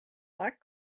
black